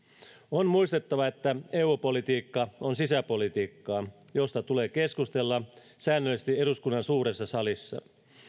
on muistettava että eu politiikka on sisäpolitiikkaa josta tulee keskustella säännöllisesti eduskunnan suuressa salissa